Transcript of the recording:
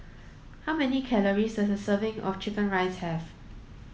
how many calories a serving of chicken rice have